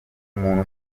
umuntu